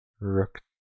Rook